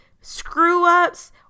screw-ups